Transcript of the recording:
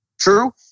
True